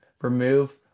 Remove